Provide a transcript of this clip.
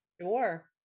Sure